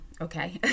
okay